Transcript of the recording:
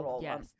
Yes